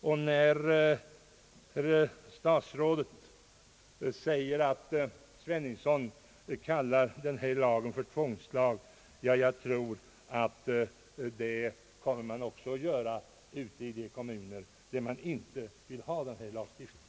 När herr statsrådet säger att jag kallar denna lag för tvångslag, vill jag säga att man kommer att göra detta också ute i de kommuner där man inte vill ha denna lagstiftning.